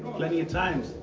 plenty of times,